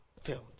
filled